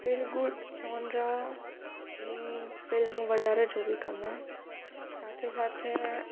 feel good જોનરાની ફિલ્મ વધારે જોવી ગમે સાથે સાથે